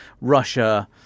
Russia –